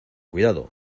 cuidado